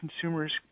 consumers